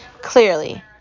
clearly